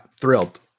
thrilled